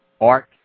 art